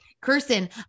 Kirsten